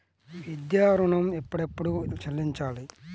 విద్యా ఋణం ఎప్పుడెప్పుడు చెల్లించాలి?